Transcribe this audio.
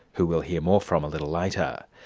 who we'll hear more from a little later.